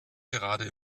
gerade